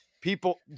People